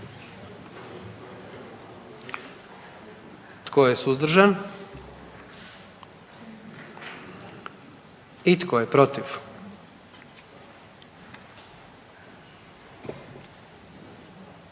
Tko je suzdržan? I tko je protiv?